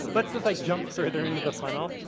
let's just like jump further into the funnel.